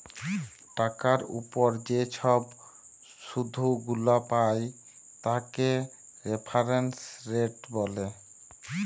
টাকার উপর যে ছব শুধ গুলা পায় তাকে রেফারেন্স রেট ব্যলে